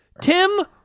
Tim